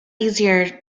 easier